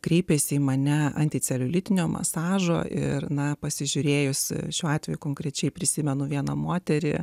kreipėsi į mane anticeliulitinio masažo ir na pasižiūrėjus šiuo atveju konkrečiai prisimenu vieną moterį